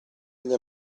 gli